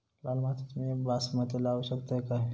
लाल मातीत मी बासमती लावू शकतय काय?